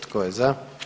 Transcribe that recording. Tko je za?